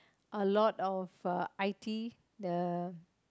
alot of I_T the